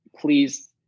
Please